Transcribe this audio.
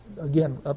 again